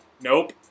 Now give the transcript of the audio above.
Nope